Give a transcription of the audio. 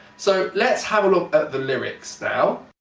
so let's have a look at the lyrics now.